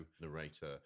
narrator